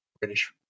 British